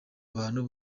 abantu